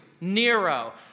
Nero